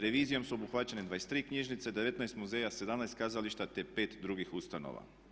Revizijom su obuhvaćene 23 knjižnice, 19 muzeja, 17 kazališta te 5 drugih ustanova.